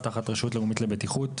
תחת הרשות הלאומית לבטיחות.